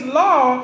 law